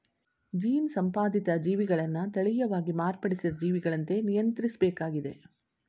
gene ಸಂಪಾದಿತ ಜೀವಿಗಳನ್ನ ತಳೀಯವಾಗಿ ಮಾರ್ಪಡಿಸಿದ ಜೀವಿಗಳಂತೆ ನಿಯಂತ್ರಿಸ್ಬೇಕಾಗಿದೆ